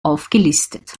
aufgelistet